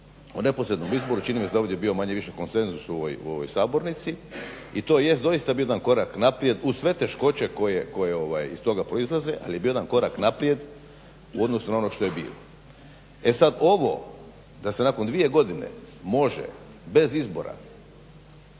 o neposrednom izboru čini mi se da je ovdje bio manje-više konsenzus u ovoj sabornici i to jest bio korak naprijed uz sve teškoće koje iz toga proizlaze al je bio jedan korak naprijed u odnosu onog što je bilo. E sad ovo da se nakon dvije godine može bez izbora